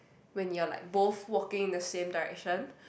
when you're like both walking in the same direction